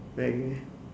like really meh